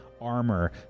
armor